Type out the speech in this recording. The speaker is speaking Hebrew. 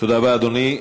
תודה רבה, אדוני.